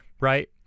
right